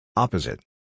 Opposite